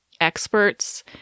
experts